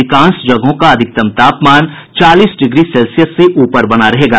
अधिकांश जगहों का अधिकतम तापमान चालीस डिग्री सेल्सियस से ऊपर बना रहेगा